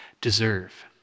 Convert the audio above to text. deserve